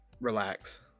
relax